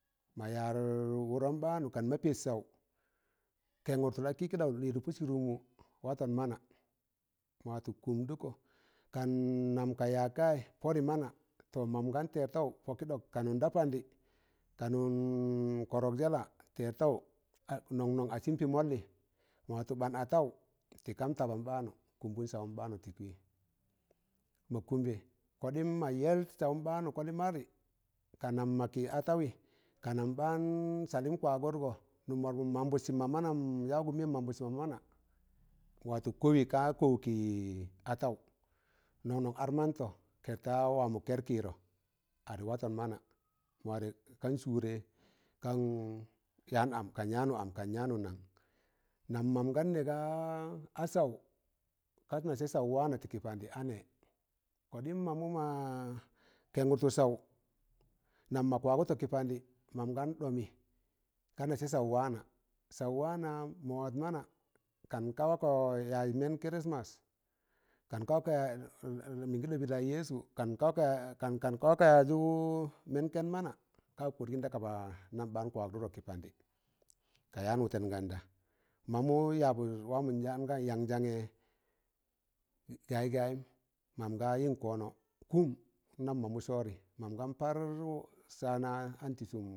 Mayar wụdọn ɓaanụ kan ma pẹt saụ, kẹngụrtụ lakị kị ɗaụ lịdụ pọ sịrịmwụ, watọn mana, ma watọ kụmdụkọ, kan nam ka yak kayị pọrị mana tọ mam gan tẹrtaụ pọkị ɗọk, kanụ nda pandị, kanụ kọrọk jẹla, tẹrtaụ nọn nọn asịn pị mọlli,̣ mọ watụ band ataụ tị kam taban ɓannụ kụmbịm sawụm ɓaanụ tị kị. Mọ kụmbẹ koɗịm mọ yẹl sawụn ɓaanụ, kọlị madị ka nam mọkị atawị ka nam ɓaan salịm kwagụtgọ nụm wọrọpụm mam ɓụdsịm, manam yaụgụ mẹm mambụdsị mọ mana watọ kowi, ka kọwi kị ataụ, nọn nọn ar mantọ kẹr ta wamọ kẹr kịịdọ arị watọn mana mọ warẹ kan sụụrẹ kan yan am kamụ yaanụ am kan yaanụ nang? nam mam gan nẹ gaa a saụ, tak ne sẹ saụ waana tịkị pandị a nẹ, kọɗịm mamụ ma kẹngurtụ saụ nam ma kwagụtọ kị pandị, man gan ɗọmị ka nasẹ saụ waana, saụ waana ma wat mana, kan ka wakọ yaz mẹn kirismas, kaịn ka wako mini neẹn laị yẹsụ, kan ka wakọ yaaz mẹn kẹn mana, ka pọtgịn da kaba nam ɓaan kwagụtgọ kị pandị, ka yaan wụtẹn ganda ma mụ yabụt wamọ njaan gayị yan jang, gayị gayịm, man ga yịn kọnọ. Kụm, nnam mamụ sọodịị mam gan par saana n tisụm,